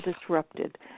disrupted